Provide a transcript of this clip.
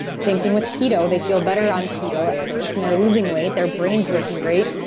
same thing with keto, they feel better on keto at first and they're losing weight. their brain's working great.